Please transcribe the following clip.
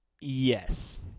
Yes